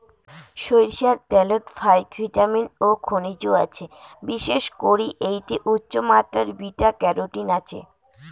সইরষার ত্যালত ফাইক ভিটামিন ও খনিজ আছে, বিশেষ করি এ্যাইটে উচ্চমাত্রার বিটা ক্যারোটিন আছে